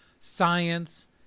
science